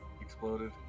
Exploded